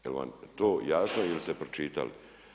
Je li vam to jasno ili ste pročitali?